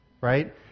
Right